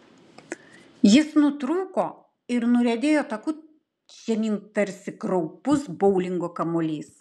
jis nutrūko ir nuriedėjo taku žemyn tarsi kraupus boulingo kamuolys